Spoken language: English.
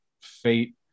fate